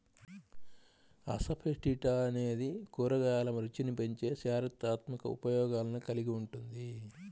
asafoetida అనేది కూరగాయల రుచిని పెంచే చారిత్రాత్మక ఉపయోగాలను కలిగి ఉంటుంది